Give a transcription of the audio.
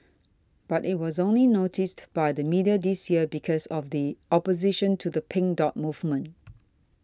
but it was only noticed by the media this year because of the opposition to the Pink Dot movement